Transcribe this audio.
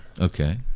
Okay